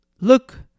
look